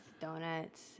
donuts